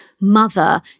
mother